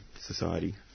society